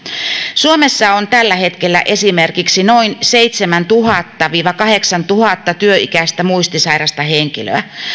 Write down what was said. suomessa on tällä hetkellä esimerkiksi noin seitsemäntuhatta viiva kahdeksantuhatta työikäistä muistisairasta henkilöä